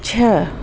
छह